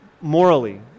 morally